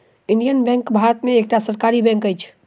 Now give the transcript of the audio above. Indian Bank Bharat में एकटा सरकारी बैंक अछि